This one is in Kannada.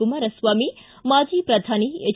ಕುಮಾರಸ್ವಾಮಿ ಮಾಜಿ ಪ್ರಧಾನಿ ಹೆಚ್